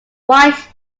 white